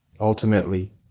Ultimately